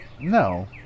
No